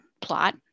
plot